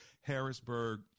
Harrisburg